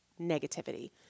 negativity